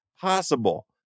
possible